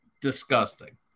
Disgusting